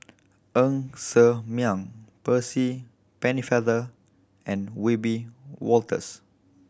Ng Ser Miang Percy Pennefather and Wiebe Wolters